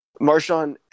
Marshawn